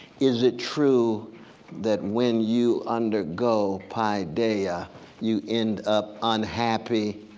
is it true that when you undergo paideia you end up unhappy?